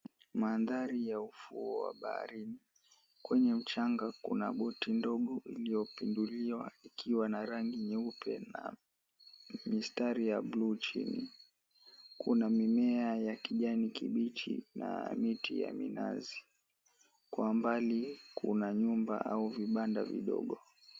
Mandhari ya ufuo wa baharini. Kwenye mchanga kuna boti ndogo iliyopinduliwa ikiwa na rangi nyeupe na mistari ya bluu chini. Kuna mimea ya kijani kibichi na miti ya minazi. Kwa mbali kuna nyumba au vibanda vidogo.